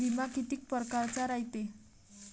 बिमा कितीक परकारचा रायते?